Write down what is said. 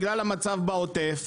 בגלל המצב בעוטף,